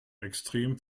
extrem